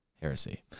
heresy